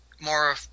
more